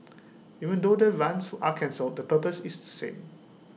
even though the runs are cancelled the purpose is the same